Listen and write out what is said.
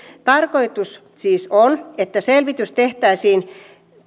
tarkoitus siis on että selvitys tehtäisiin